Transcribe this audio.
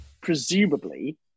presumably